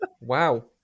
Wow